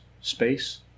space